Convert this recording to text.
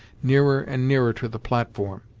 nearer and nearer to the platform.